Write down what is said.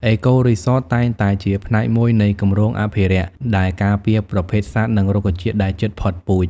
អេកូរីសត តែងតែជាផ្នែកមួយនៃគម្រោងអភិរក្សដែលការពារប្រភេទសត្វ និងរុក្ខជាតិដែលជិតផុតពូជ។